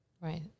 Right